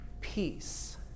peace